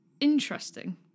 Interesting